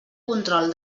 control